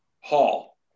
Hall